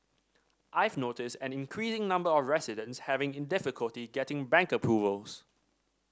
I've noticed an increasing number of residents having difficulty getting bank approvals